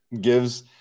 gives